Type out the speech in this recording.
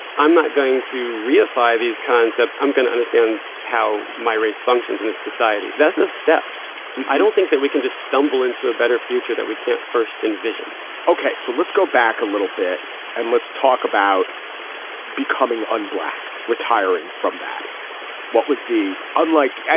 i'm not going to redefine these concepts i'm going to understand how my race functions in this society. that's a step i don't think that we can just stumble into a better future that we can't first envision ok. so let's go back a little bit and let's talk about becoming on black retiring from that what was the unlike.